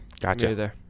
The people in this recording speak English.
Gotcha